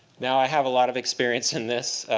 now i have a lot of experience in this,